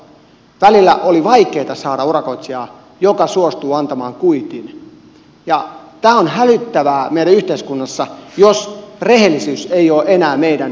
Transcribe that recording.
välillä oli vaikeata saada urakoitsijaa joka suostuu antamaan kuitin ja tämä on hälyttävää meidän yhteiskunnassamme jos rehellisyys ei ole enää meidän hyveemme